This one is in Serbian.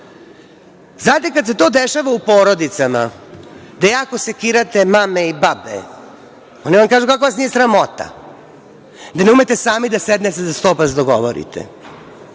Znate, kada se to dešava u porodicama gde jako sekirate mame i babe, one vam kažu - kako vas nije sramota, da ne umete sami da sednete za sto pa da se dogovorite.